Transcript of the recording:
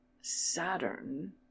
Saturn